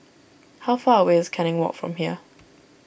how far away is Canning Walk from here